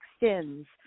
extends